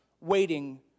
waiting